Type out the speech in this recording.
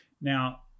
Now